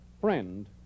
Friend